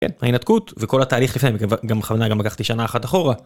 ההנתקות וכל התהליך לפני, גם בכוונה גם לקחתי שנה אחת אחורה.